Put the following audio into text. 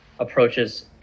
approaches